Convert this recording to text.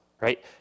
right